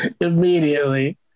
Immediately